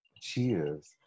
Cheers